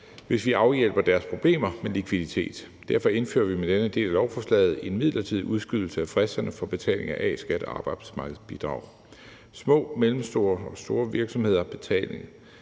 hvis vi afhjælper deres problemer med likviditet. Derfor indfører vi med denne del af lovforslaget en midlertidig udskydelse af fristerne for betaling af A-skat og arbejdsmarkedsbidrag. Små, mellemstore og store virksomheders betalinger